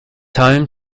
home